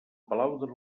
palau